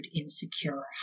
insecure